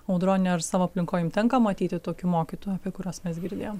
audrone ar savo aplinkoj jum tenka matyti tokių mokytojų apie kuriuos mes girdėjom